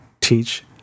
teach